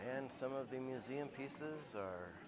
and some of the museum pieces